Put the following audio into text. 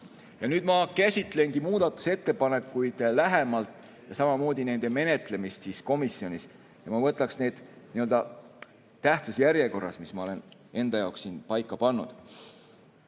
Nüüd ma käsitlengi muudatusettepanekuid lähemalt ja nende menetlemist komisjonis. Ma võtaksin need nii-öelda tähtsuse järjekorras, mis ma olen enda jaoks paika pannud.